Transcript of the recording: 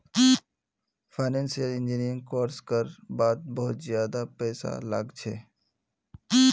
financial engineering course कर वात बहुत ज्यादा पैसा लाग छे